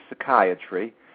psychiatry